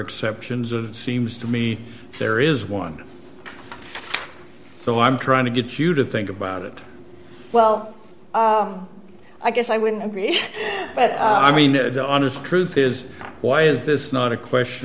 exceptions of seems to me there is one so i'm trying to get you to think about it well i guess i wouldn't but i mean the honest truth is why is this not a question